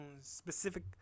specific